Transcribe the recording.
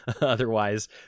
otherwise